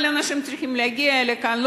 אבל אנשים צריכים להגיע לכאן.